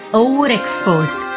overexposed